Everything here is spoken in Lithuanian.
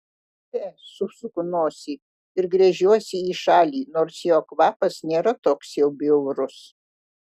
fe susuku nosį ir gręžiuosi į šalį nors jo kvapas nėra toks jau bjaurus